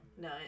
No